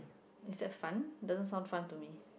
is that fun doesn't sound fun to me